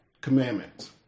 commandments